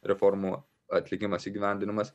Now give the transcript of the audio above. reformų atlikimas įgyvendinimas